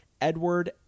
Edward